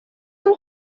اون